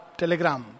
telegram